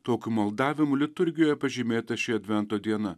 tokiu maldavimu liturgijoje pažymėta ši advento diena